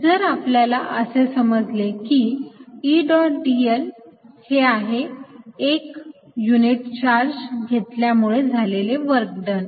जर आपल्याला असे समजले की E डॉट dl हे आहे एक युनिट चार्ज घेतल्यामुळे झालेले वर्क डन